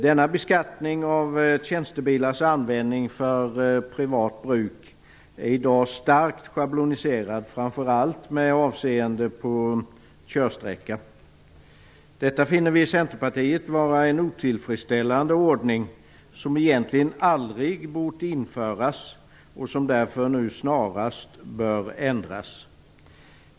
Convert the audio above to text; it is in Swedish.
Denna beskattning av tjänstebilars användning för privat bruk är i dag starkt schabloniserad framför allt med avseende på körsträcka. Detta finner vi i Centerpartiet vara en otillfredsställande ordning som egentligen aldrig bort införas och som därför nu snarast bör ändras.